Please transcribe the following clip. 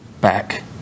back